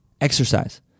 Exercise